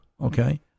Okay